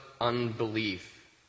unbelief